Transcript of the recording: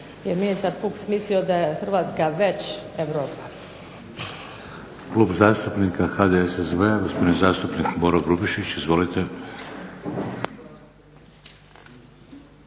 ministar Fuchs mislio da je Hrvatska već Europa.